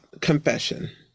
confession